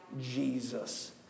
Jesus